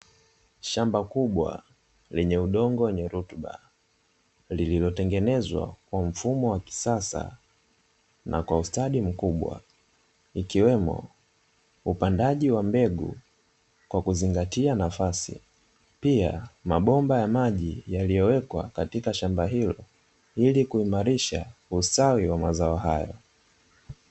Shamba kubwa lenye udongo wenye rutuba lililotengenezwa kwa mfumo wa kisasa na kwa ustadi mkubwa, ikiwemo upandaji wa mbegu kwa kuzingatia nafasi pia mabomba ya maji yaliyowekwa katika shamba hilo ili kuimarisha ustawi wa mazao hayo.